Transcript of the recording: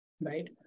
right